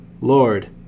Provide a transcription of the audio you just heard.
Lord